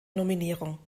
nominierung